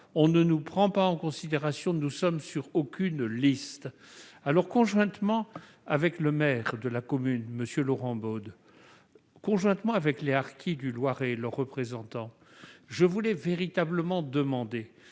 on ne nous prend pas en considération, nous ne sommes sur aucune liste. » Conjointement avec le maire de la commune, M. Laurent Baude, avec les harkis du Loiret et leurs représentants, je vous le demande